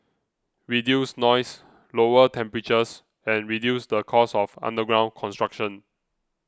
reduce noise lower temperatures and reduce the cost of underground construction